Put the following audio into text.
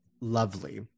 lovely